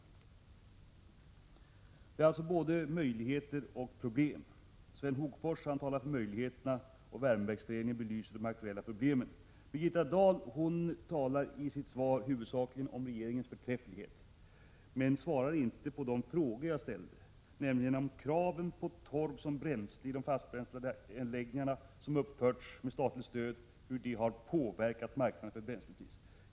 Det finns alltså både möjligheter och problem i denna fråga. Sven Hogfors talar för möjligheterna, och Värmeverksföreningen belyser de aktuella problemen. Birgitta Dahl talar i sitt svar huvudsakligen om regeringens förträfflighet, men svarar inte på de frågor jag ställde, nämligen om kraven på torv som bränsle i de anläggningar för fast bränsle som uppförts med statens stöd har påverkat marknaden för bränsleflis.